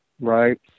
right